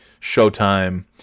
Showtime